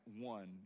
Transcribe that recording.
one